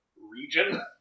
region